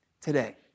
today